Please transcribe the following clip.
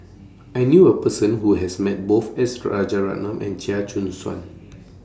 I knew A Person Who has Met Both S Rajaratnam and Chia Choo Suan